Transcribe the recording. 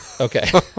Okay